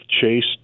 chased